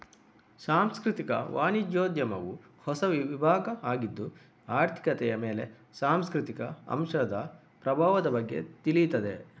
ಸಾಂಸ್ಕೃತಿಕ ವಾಣಿಜ್ಯೋದ್ಯಮವು ಹೊಸ ವಿಭಾಗ ಆಗಿದ್ದು ಆರ್ಥಿಕತೆಯ ಮೇಲೆ ಸಾಂಸ್ಕೃತಿಕ ಅಂಶದ ಪ್ರಭಾವದ ಬಗ್ಗೆ ತಿಳೀತದೆ